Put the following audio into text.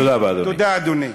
תודה, אדוני.